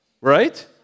Right